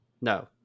No